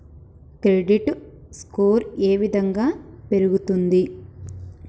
Credit score ఏ విధంగా పెరుగుతుంది?